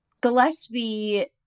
Gillespie